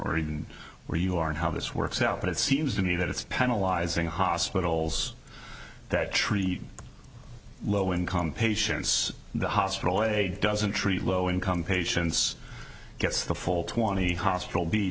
or even where you are and how this works out but it seems to me that it's penalize in hospitals that treat low income patients the hospital a doesn't treat low income patients gets the full twenty hospital b